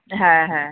হ্যাঁ হ্যাঁ